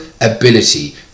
ability